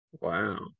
Wow